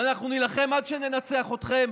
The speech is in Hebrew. ואנחנו נילחם עד שננצח אתכם,